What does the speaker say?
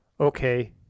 Okay